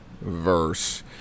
verse